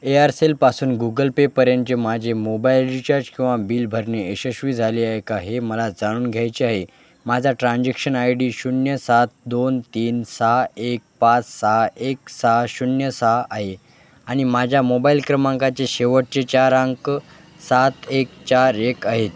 एआरसेलपासून Google पेपर्यंतचे माझे mobile recharge किंवा बिल भरणे यशस्वी झाली आहे का हे मला जाणून घ्यायची आहे माझा ट्रान्जेक्शन आय डी शून्य सात दोन तीन सहा एक पाच सहा एक सहा शून्य सहा आहे आणि माझ्या मोबाईल क्रमांकाचे शेवटचे चार अंक सात एक चार एक आहेत